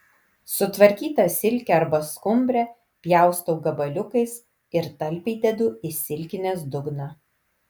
sutvarkytą silkę arba skumbrę pjaustau gabaliukais ir talpiai dedu į silkinės dugną